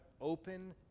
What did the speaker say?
open